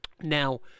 Now